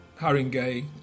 Haringey